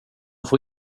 får